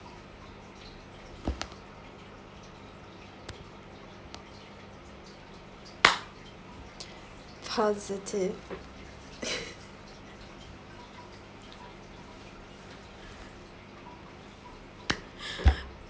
positive